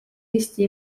eesti